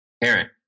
Parent